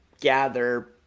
gather